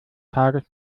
tages